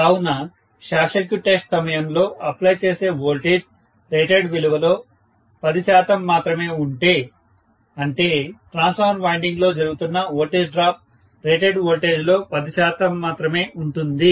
కావున short circuit test సమయంలో apply చేసే వోల్టేజ్ రేటెడ్ విలువలో 10 శాతం మాత్రమే ఉంటే అంటే ట్రాన్స్ఫార్మర్ వైండింగ్లో జరుగుతున్న వోల్టేజ్ డ్రాప్ రేటెడ్ వోల్టేజ్లో 10 శాతం మాత్రమే ఉంటుంది